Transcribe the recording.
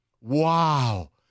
Wow